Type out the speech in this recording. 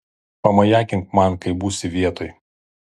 pamajakink man kai būsi vietoj